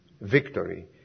victory